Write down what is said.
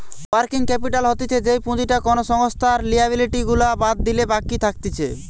working capital হতিছে যেই পুঁজিটা কোনো সংস্থার লিয়াবিলিটি গুলা বাদ দিলে বাকি থাকতিছে